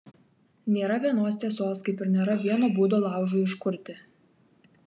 nėra vienos tiesos kaip ir nėra vieno būdo laužui užkurti